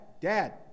dad